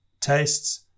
tastes